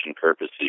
purposes